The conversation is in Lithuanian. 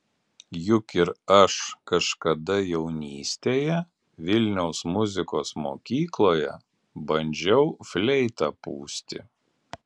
juk ir aš kažkada jaunystėje vilniaus muzikos mokykloje bandžiau fleitą pūsti